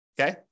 Okay